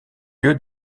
lieu